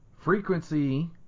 frequency